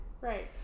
Right